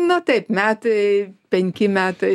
nu taip metai penki metai